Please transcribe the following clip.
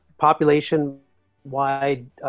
population-wide